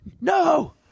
no